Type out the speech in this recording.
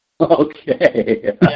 Okay